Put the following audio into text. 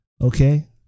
Okay